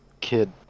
Kid